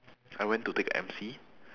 I went to take M_C